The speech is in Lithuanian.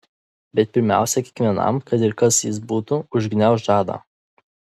bet pirmiausia kiekvienam kad ir kas jis būtų užgniauš žadą